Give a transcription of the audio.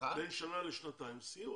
בין שנה לשנתיים סיוע.